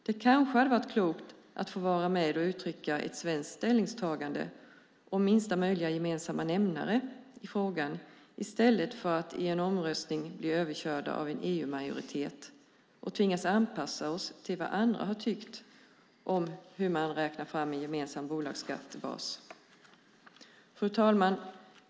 Det kanske hade varit klokt att få vara med och uttrycka ett svenskt ställningstagande om minsta gemensamma nämnare i frågan i stället för att i en omröstning bli överkörda av en EU-majoritet och tvingas anpassa oss till vad andra har tyckt om hur man räknar fram en gemensam bolagsskattebas. Fru talman!